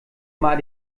mal